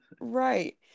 Right